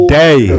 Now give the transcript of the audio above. day